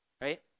Right